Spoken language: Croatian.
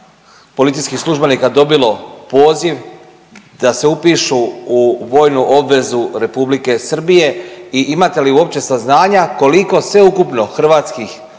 policijskih službenika dobilo poziv da se upišu u vojnu obvezu Republike Srbije i imate li uopće saznanja koliko sveukupno hrvatskih